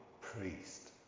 Priest